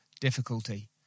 difficulty